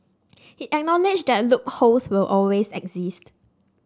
he acknowledged that loopholes will always exist